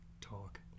talk